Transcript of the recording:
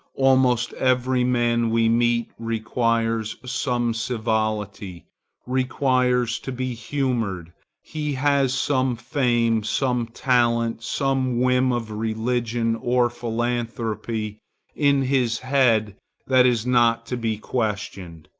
almost every man we meet requires some civility requires to be humored he has some fame, some talent, some whim of religion or philanthropy in his head that is not to be questioned,